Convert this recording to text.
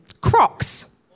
Crocs